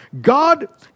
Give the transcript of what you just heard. God